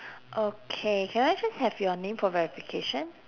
okay can I just have your name for verification